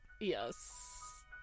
Yes